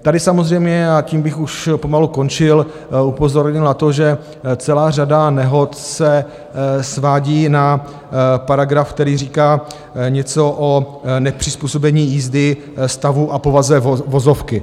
Tady samozřejmě, a tím bych už pomalu končil, upozornil na to, že celá řada nehod se svádí na paragraf, který říká něco o nepřizpůsobení jízdy stavu a povaze vozovky.